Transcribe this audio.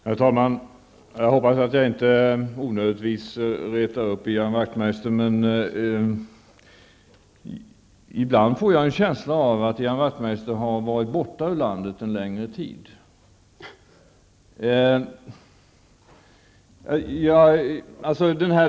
Herr talman! Jag hoppas att jag inte onödigtvis retar upp Ian Wachtmeister, men ibland får jag en känsla av att Ian Wachtmeister har varit borta ur landet en längre tid.